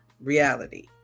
reality